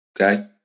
okay